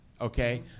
Okay